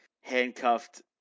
handcuffed